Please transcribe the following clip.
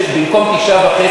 שבמקום 9.5,